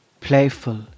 playful